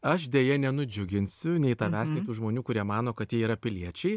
aš deja nenudžiuginsiu nei tavęs nei tų žmonių kurie mano kad jie yra piliečiai